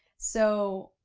so,